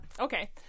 okay